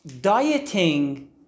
Dieting